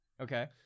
Okay